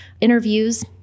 interviews